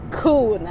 cool